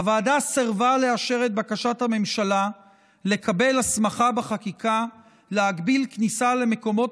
הוועדה סירבה לאשר את בקשת הממשלה לקבל הסמכה בחקיקה להגביל כניסה למקומות